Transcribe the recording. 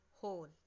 hole